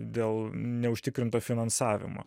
dėl neužtikrinto finansavimo